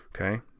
Okay